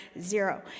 zero